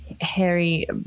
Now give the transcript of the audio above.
Harry